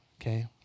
okay